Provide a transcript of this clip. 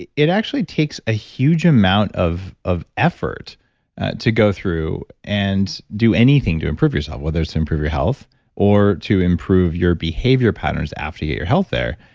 it it actually takes a huge amount of of effort to go through and do anything to improve yourself whether it's to improve your health or to improve your behavior patterns after your your health there.